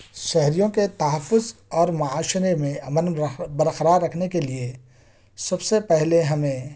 شہریوں کے تحفظ اور معاشرے میں امن برقرار رکھنے کے لئے سب سے پہلے ہمیں